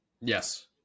Yes